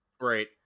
Right